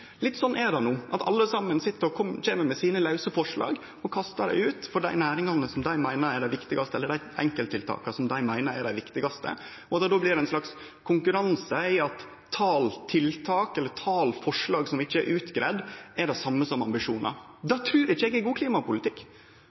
Litt sånn er det no, at alle saman sit og kjem med sine lause forslag, og kastar dei ut, for dei enkelttiltaka som dei meiner er dei viktigaste. Og då blir det ein slags konkurranse i at talet på forslag, som ikkje er utgreidd, er det same som ambisjonar. Det trur ikkje eg er god klimapolitikk.